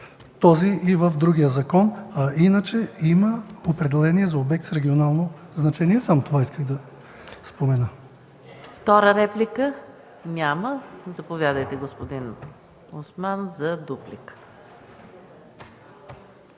този и в другия закон. Иначе има определение за обект с регионално значение. Само това исках да спомена.